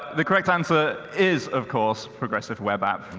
the correct answer is, of course, progressive web app.